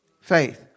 faith